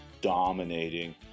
dominating